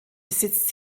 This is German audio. besitzt